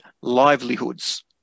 livelihoods